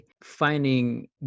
finding